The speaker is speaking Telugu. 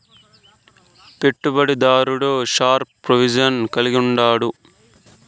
పెట్టుబడి దారుడు షార్ప్ పొజిషన్ కలిగుండాడు